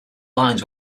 lines